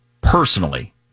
personally